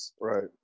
Right